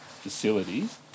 facilities